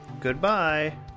Goodbye